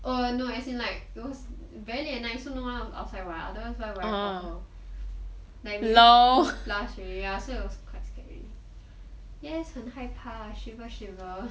oh no as in like those very late at night so no one outside [what] otherwise why would I call her like it's around two plus already so it was quite scary yes 很害怕 shiver shiver